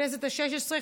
בכנסת השש-עשרה,